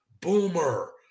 boomer